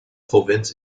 provinz